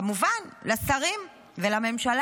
כמובן, לשרים ולממשלה.